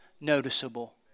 noticeable